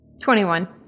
Twenty-one